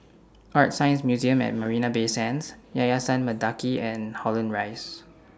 ArtScience Museum At Marina Bay Sands Yayasan Mendaki and Holland Rise